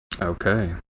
Okay